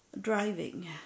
driving